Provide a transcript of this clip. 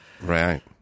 Right